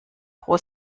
pro